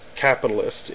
capitalist